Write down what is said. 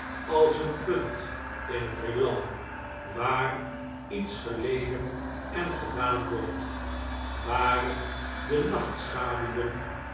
als een punt in het heelal waar iets geleden en gedaan wordt waren de